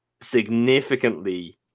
significantly